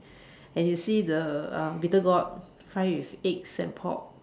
and you see the um bitter gourd fry with eggs and pork